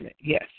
yes